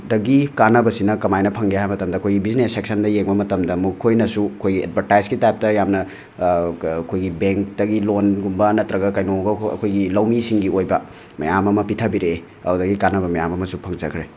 ꯗꯒꯤ ꯀꯥꯟꯅꯕꯁꯤꯅ ꯀꯃꯥꯏꯅ ꯐꯪꯒꯦ ꯍꯥꯏꯕ ꯃꯇꯝꯗ ꯑꯩꯈꯣꯏꯒꯤ ꯕꯤꯖꯤꯅꯦꯁ ꯁꯦꯛꯁꯟꯗ ꯌꯦꯡꯕ ꯃꯇꯝꯗ ꯃꯈꯣꯏꯅꯁꯨ ꯑꯩꯈꯣꯏꯒꯤ ꯑꯦꯗꯕꯔꯇꯥꯏꯁꯀꯤ ꯇꯥꯏꯄꯇ ꯌꯥꯝꯅ ꯑꯩꯈꯣꯏꯒꯤ ꯕꯦꯡꯇꯒꯤ ꯂꯣꯟꯒꯨꯝꯕ ꯅꯠꯇ꯭ꯔꯒ ꯀꯩꯅꯣꯒ ꯑꯩꯈꯣꯏꯒꯤ ꯂꯧꯃꯤꯁꯤꯡꯒꯤ ꯑꯣꯏꯕ ꯃꯌꯥꯝ ꯑꯃ ꯄꯤꯊꯕꯤꯔꯛꯑꯦ ꯑꯗꯨꯗꯒꯤ ꯀꯥꯟꯅꯕ ꯃꯌꯥꯝ ꯑꯃꯁꯨ ꯐꯪꯖꯈ꯭ꯔꯦ